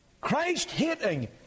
Christ-hating